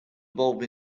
evolve